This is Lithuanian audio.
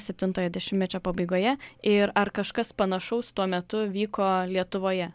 septintojo dešimtmečio pabaigoje ir ar kažkas panašaus tuo metu vyko lietuvoje